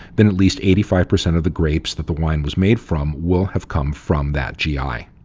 then at least eighty five percent of the grapes that the wine was made from will have come from that gi.